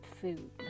food